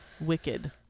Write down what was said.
wicked